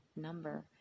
number